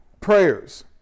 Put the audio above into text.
prayers